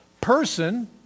person